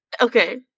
Okay